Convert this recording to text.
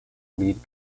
lead